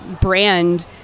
brand